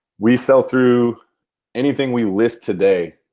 we sell through anything we list today,